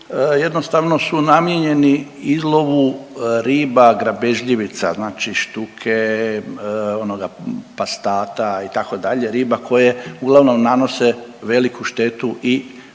jednostavno su namijenjeni izlovu riba grabežljivica, znači štuke, onoga pastata itd., riba koje uglavnom nanose veliku štetu i u